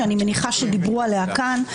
שאני מניחה שדיברו עליה כאן,